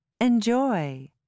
Enjoy